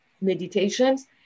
meditations